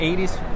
80s